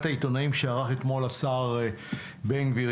העיתונאים שערך אתמול השר בן גביר,